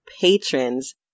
patrons